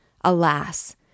Alas